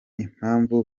impamvu